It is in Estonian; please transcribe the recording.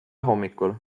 hommikul